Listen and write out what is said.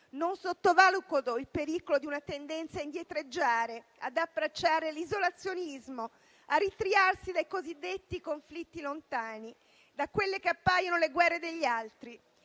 Non sottovaluto il pericolo di una tendenza a indietreggiare, ad abbracciare l'isolazionismo, a ritrarsi dai cosiddetti conflitti lontani, da quelle che appaiono le guerre degli altri.